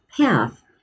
path